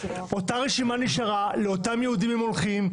אותה רשימה נשארה, לאותם יעדים הם הולכים.